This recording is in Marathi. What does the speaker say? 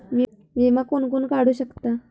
विमा कोण कोण काढू शकता?